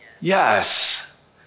yes